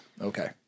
Okay